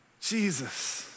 Jesus